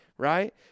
right